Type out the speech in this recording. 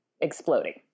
exploding